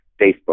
Facebook